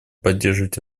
поддерживать